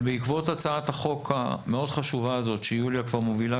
בעקבות הצעת החוק המאוד חשובה הזאת שיוליה מובילה